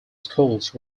schools